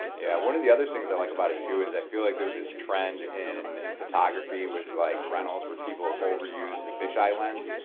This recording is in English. yeah. one of the other things i like about it too is i feel like there's this trend in photography with like rentals where people overuse the fisheye lens.